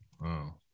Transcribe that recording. Wow